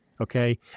okay